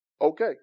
okay